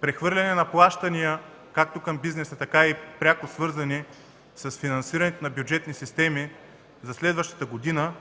прехвърляне на плащания както към бизнеса, така и пряко свързани с финансирането на бюджетни системи за следващата година,